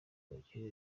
abakene